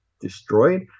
destroyed